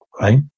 right